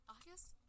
August